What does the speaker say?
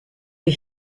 you